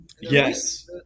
Yes